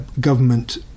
government